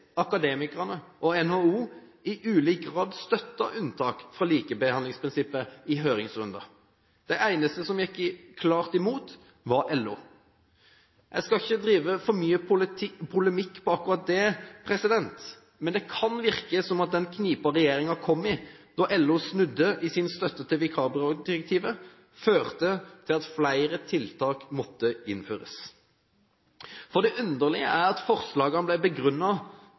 Akademikerne og NHO i ulik grad støttet unntak fra likebehandlingsprinsippet i høringsrunden. De eneste som gikk klart imot, var LO. Jeg skal ikke drive for mye polemikk på akkurat det, men det kan virke som at den knipen regjeringen kom i da LO snudde i sin støtte til vikarbyrådirektivet, førte til at flere tiltak måtte innføres. Det underlige er at forslagene ble